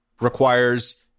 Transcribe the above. requires